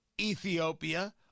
Ethiopia